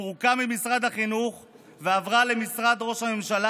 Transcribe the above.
פורקה ממשרד החינוך ועברה למשרד ראש הממשלה